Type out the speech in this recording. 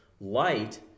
light